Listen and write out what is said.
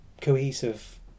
cohesive